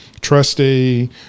trustee